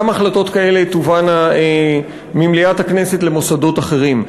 החלטות כאלה תובאנה ממליאת הכנסת למוסדות אחרים.